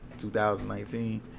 2019